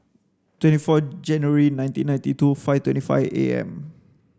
twenty four January nineteen ninety two five twenty five A M